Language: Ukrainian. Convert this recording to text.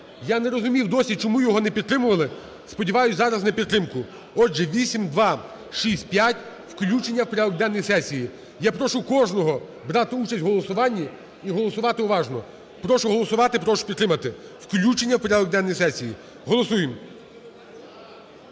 Я не розумів досі, чому його не підтримували. Сподіваюсь зараз на підтримку. Отже, 8265 включення в порядок денний сесії. Я прошу кожного брати участь в голосуванні і голосувати уважно. Прошу голосувати, прошу підтримати включення в порядок денний сесії. Голосуємо.